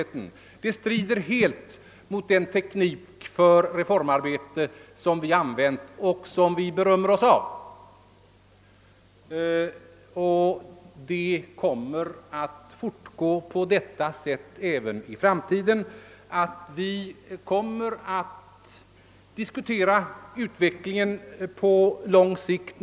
Ett sådant tillvägagångssätt strider helt mot den teknik för reformarbete som vi har använt och vi berömmer oss av. Även i framtiden kommer vi med jämna mellanrum att diskutera utvecklingen på lång sikt.